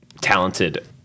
talented